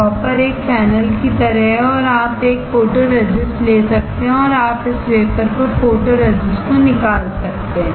dropper एक funnel की तरह है और आप फोटोरेसिस्ट ले सकते हैं और आप इस वेफर पर फोटोरेसिस्ट को निकाल सकते हैं